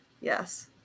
yes